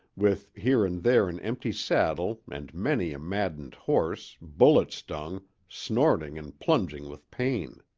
with here and there an empty saddle and many a maddened horse, bullet stung, snorting and plunging with pain.